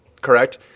correct